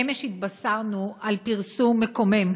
אמש התבשרנו על פרסום מקומם